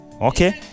Okay